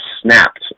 snapped